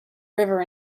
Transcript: river